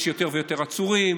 יש יותר ויותר עצורים,